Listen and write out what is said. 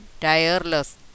tireless